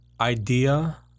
idea